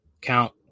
Count